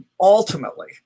ultimately